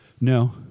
No